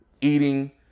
eating